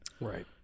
Right